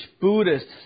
Buddhist